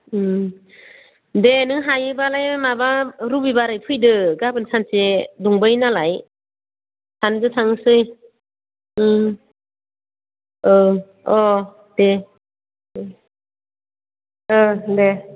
दे नों हायोब्लालाय माबा रबिबारै फैदो गाबोन सानसे दंबावो नालाय सानैजों थांसै अ दे दे दे